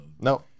No